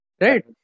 Right